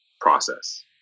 process